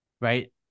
right